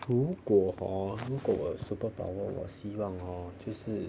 如果 hor 如果我有 superpower what 我希望 hor 就是